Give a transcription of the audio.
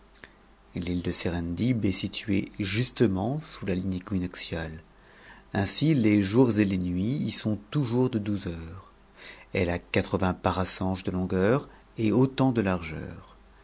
l'ite de serendib est située justement sous la ligne équinoxiate ainsi les jours et les nuits y sont toujours de douze heures et elle a quatrevingts parasanges de longueur et autant de largeur